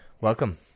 welcome